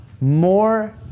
more